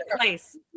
place